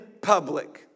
public